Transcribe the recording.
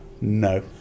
No